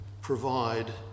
provide